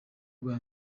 bwa